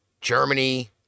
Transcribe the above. Germany